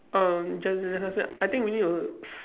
um Jaslyn Jaslyn Jaslyn I think we need to s~